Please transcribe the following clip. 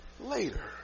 later